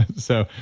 so,